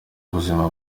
ubuzima